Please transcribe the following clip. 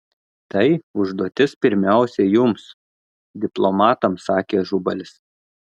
tai užduotis pirmiausia jums diplomatams sakė ažubalis